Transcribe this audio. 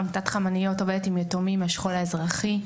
עמותת "חמניות" עובדת עם יתומים מהשכול האזרחי.